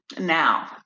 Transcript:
now